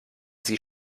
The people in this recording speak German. sie